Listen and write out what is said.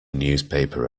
newspaper